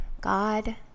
God